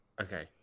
Okay